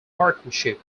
partnership